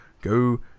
go